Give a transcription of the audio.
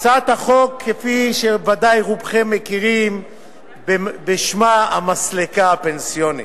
הצעת חוק שבוודאי רובכם מכירים בשמה "המסלקה הפנסיונית".